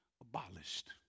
abolished